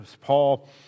Paul